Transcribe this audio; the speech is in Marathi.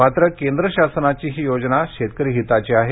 मात्र केंद्र शासनाची ही योजना शेतकरीहिताची आहे